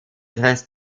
rest